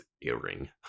earring